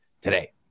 today